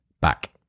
back